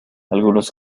algunos